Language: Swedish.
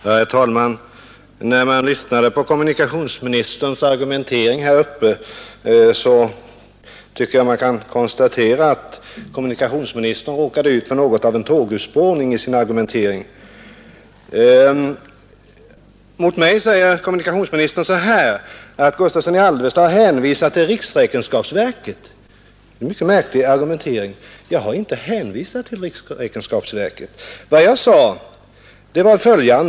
Herr talman! När jag lyssnade till kommunikationsministerns argumentering här uppe tyckte jag man kunde konstatera att kommunikationsministern råkade ut för något av en tågurspåring i sin argumentering. Mot mig säger kommunikationsministern så här: Herr Gustavsson i Alvesta hänvisar till riksrevisionsverket. Det är en mycket märklig argumentering. Jag har inte hänvisat till riksrevisionsverket. Vad jag sade var.